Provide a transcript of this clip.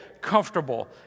comfortable